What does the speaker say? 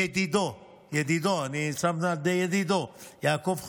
ידידו, ידידו, יעקב חגואל.